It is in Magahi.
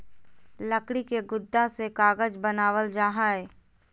लकड़ी के गुदा से कागज बनावल जा हय